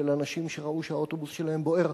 של אנשים שראו שהאוטובוס שלהם בוער.